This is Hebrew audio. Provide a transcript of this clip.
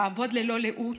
לעבוד ללא לאות,